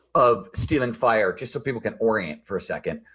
of stealing fire just so people can orient for a second.